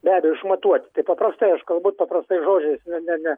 be abejo išmatuoti tai paprastai aš kalbu paprastais žodžiais ne ne ne